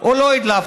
או לא הדלפת?